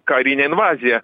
karinę invaziją